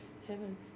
Seven